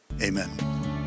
Amen